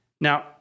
Now